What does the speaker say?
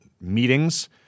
meetings